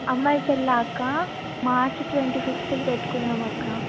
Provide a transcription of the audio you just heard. అమ్మాయి పెళ్ళా అక్కా మార్చ్ ట్వంటీ ఫిఫ్త్కి పెట్టుకున్నాం అక్కా